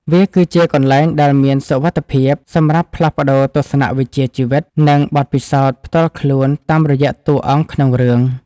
វាគឺជាកន្លែងដែលមានសុវត្ថិភាពសម្រាប់ផ្លាស់ប្តូរទស្សនវិជ្ជាជីវិត និងបទពិសោធន៍ផ្ទាល់ខ្លួនតាមរយៈតួអង្គក្នុងរឿង។